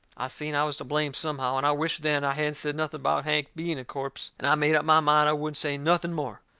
i seen i was to blame somehow, and i wisht then i hadn't said nothing about hank being a corpse. and i made up my mind i wouldn't say nothing more.